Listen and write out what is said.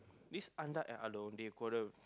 this Andak and Along they quarrel